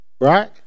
right